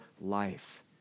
life